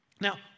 Now